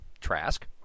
Trask